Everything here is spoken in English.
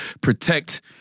protect